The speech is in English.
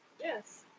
Yes